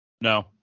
No